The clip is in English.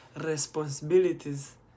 responsibilities